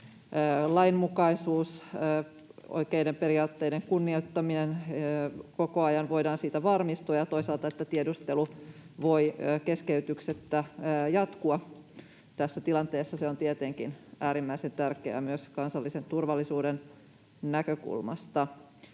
lainmukaisuudesta ja oikeiden periaatteiden kunnioittamisesta voidaan koko ajan varmistua ja toisaalta että tiedustelu voi keskeytyksettä jatkua. Tässä tilanteessa se on tietenkin äärimmäisen tärkeää myös kansallisen turvallisuuden näkökulmasta.